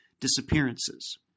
disappearances